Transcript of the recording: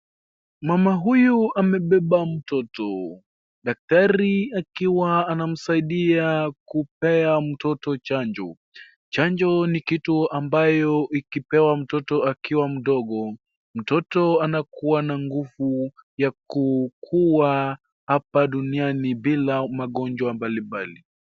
Mama huyu amebeba mtoto daktari akiwa anamsaidia kupea mtoto chanjo. Chanjo ni kitu ambayo ikipewa mtoto akiwa mdogo mtoto anakuwa na nguvu ya kukuwa hapa duniani bila magonjwa mbalimbali.